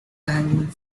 hanging